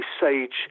sage